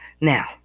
Now